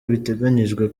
biteganyijwe